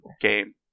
game